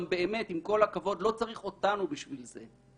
עם כל הכבוד, לא צריך אותנו בשביל זה.